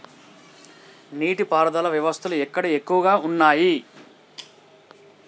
నీటి పారుదల వ్యవస్థలు ఎక్కడ ఎక్కువగా ఉన్నాయి?